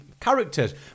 characters